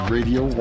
Radio